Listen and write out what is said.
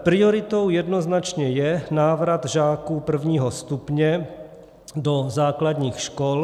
Prioritou jednoznačně je návrat žáků prvního stupně do základních škol.